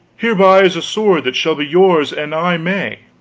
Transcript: hereby is a sword that shall be yours and i may.